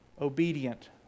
obedient